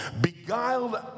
beguiled